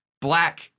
black